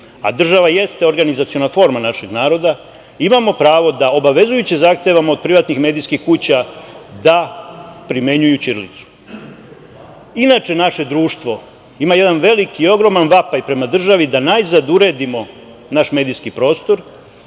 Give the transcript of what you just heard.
a država jeste organizaciona forma našeg naroda, imamo pravo da obavezujuće zahtevamo od privatnih medijskih kuća da primenjuju ćirilicu. Inače naše društvo ima jedan veliki, ogroman vapaj, prema državi da najzad uredimo naš medijski prostor